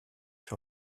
sur